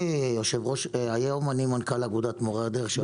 אני מנכ"ל אגודת מורי הדרך.